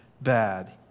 bad